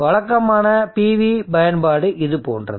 வழக்கமான PV பயன்பாடு இது போன்றது